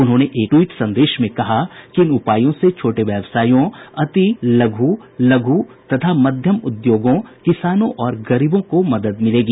उन्होंने एक ट्वीट संदेश में कहा कि इन उपायों से छोटे व्यवसायियों अति लघ्र लघ्र तथा मध्यम उद्योगों किसानों और गरीबों को मदद मिलेगी